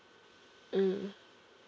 mm